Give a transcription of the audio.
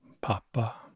papa